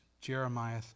Jeremiah